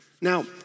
Now